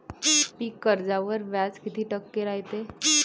पीक कर्जावर व्याज किती टक्के रायते?